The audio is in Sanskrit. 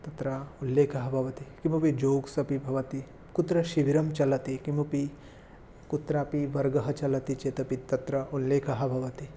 तत्र उल्लेखं भवति किमपि जोक्स् अपि भवति कुत्र शिबिरं चलति किमपि कुत्रापि वर्गः चलति चेदपि तत्र उल्लेखः भवति